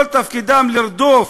שכל תפקידם לרדוף,